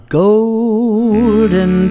golden